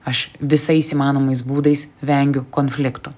aš visais įmanomais būdais vengiu konfliktų